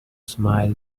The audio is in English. smile